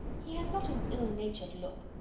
he has not an ill-natured look.